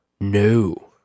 No